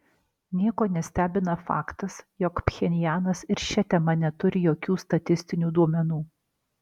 nieko nestebina faktas jog pchenjanas ir šia tema neturi jokių statistinių duomenų